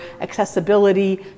accessibility